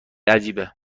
عجیبه